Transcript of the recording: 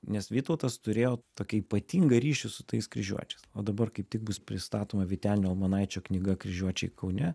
nes vytautas turėjo tokį ypatingą ryšį su tais kryžiuočiais o dabar kaip tik bus pristatoma vytenio almonaičio knyga kryžiuočiai kaune